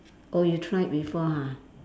oh you tried before ha